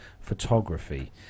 Photography